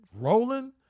rolling